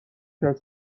است